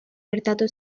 gertatu